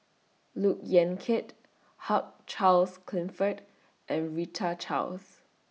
Look Yan Kit Hugh Charles Clifford and Rita Chaos